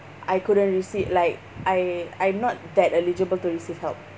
I couldn't receive like I I'm not that eligible to receive help